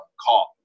call